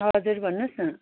हजुर भन्नु होस् न हजुर